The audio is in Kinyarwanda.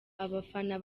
abafana